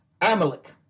Amalek